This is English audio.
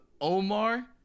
Omar